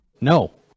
no